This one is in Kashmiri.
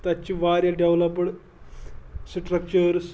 تَتہِ چھِ واریاہ ڈیولاپٕڈ سِٹرٛیکچٲرٕس